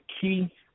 key